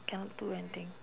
cannot do anything